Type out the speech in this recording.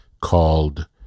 called